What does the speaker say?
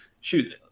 shoot